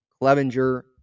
Clevenger